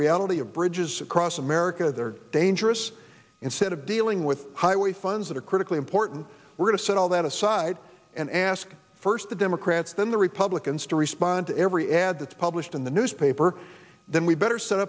reality of bridges across america they're dangerous instead of dealing with highway funds that are critically important we're going to set all that aside and ask first the democrats then the republicans to respond to every ad that's published in the newspaper then we better set